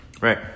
Right